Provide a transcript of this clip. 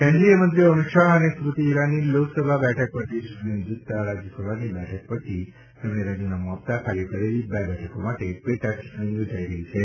કેન્દ્રિય મંત્રીઓ અમિત શાહ અને સ્મૃતિ ઇરાની લોકસબા બેઠક પરથી ચૂંટણી જીતતા રાજ્યસભાની બેઠક પરથી તેમણે રાજીનામું આપતાં ખાલી પડેલી બે બેઠકો માટે પેટાચૂંટણી યોજાઇ રહી છે